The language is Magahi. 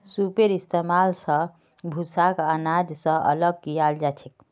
सूपेर इस्तेमाल स भूसाक आनाज स अलग कियाल जाछेक